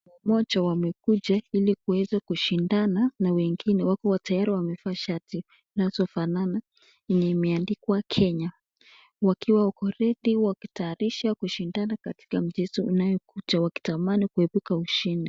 Moja wamekuja ili kuweza kushindana na wengine. Wako tayari wamevaa shati zinazofanana yenye imeandikwa Kenya wakiwa wako ready wakitayarisha kushindana katika mchezo unayokuja wakitamani kuibuka ushindi.